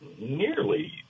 nearly